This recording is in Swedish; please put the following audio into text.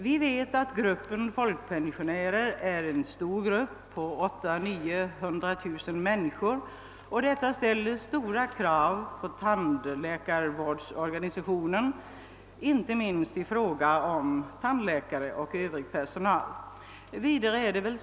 Vi vet att gruppen folkpensionärer är en stor grupp på 800 000—9200 000 människor, och detta ställer stora krav på tandvårdsorganisationen, inte minst i fråga om tandläkare och övrig personal.